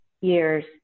years